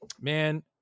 man